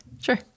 Sure